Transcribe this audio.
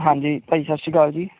ਹਾਂਜੀ ਭਾਈ ਸਤਿ ਸ਼੍ਰੀ ਅਕਾਲ ਜੀ